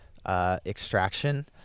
Extraction